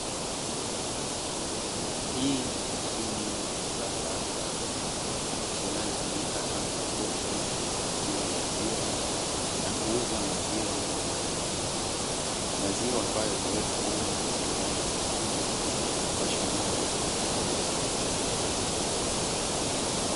Hii ni mashine ya kisasa sana inayotumika kama jokofu la kuhifadhia maziwa, na kuuza maziwa moja kwa moja. Maziwa ambayo huwekwa humu tayari yamechujwa na kupashwa moto kwa kunywa.